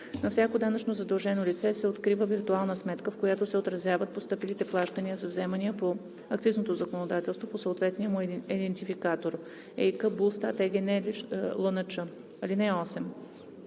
На всяко данъчно задължено лице се открива виртуална сметка, в която се отразяват постъпилите плащания за вземания по акцизното законодателство по съответния му идентификатор ЕИК/ БУЛСТАТ/ЕГН/ЛНЧ. (8)